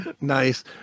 Nice